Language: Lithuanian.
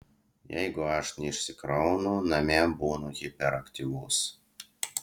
jeigu aš neišsikraunu namie būnu hiperaktyvus